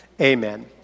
Amen